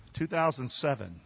2007